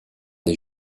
des